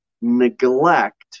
neglect